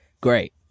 Great